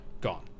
gone